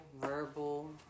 verbal